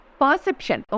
perception